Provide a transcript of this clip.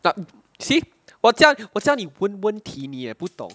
nah see 我叫我叫你问问题你也不懂